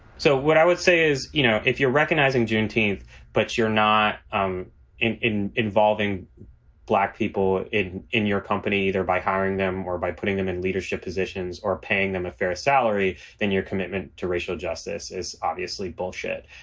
so what i would say is, you know, if you're recognizing juneteenth but you're not um in in involving black people in in your company, either by hiring them or by putting them in leadership positions or paying them a fair salary, then your commitment to racial justice is obviously bullshit.